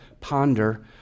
ponder